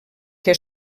que